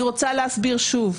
אני רוצה להסביר שוב,